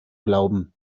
glauben